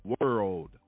world